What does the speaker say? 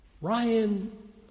Ryan